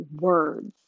words